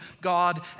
God